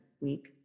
week